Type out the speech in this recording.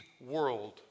world